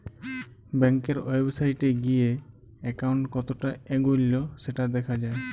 ব্যাংকের ওয়েবসাইটে গিএ একাউন্ট কতটা এগল্য সেটা দ্যাখা যায়